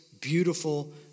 beautiful